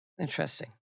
Interesting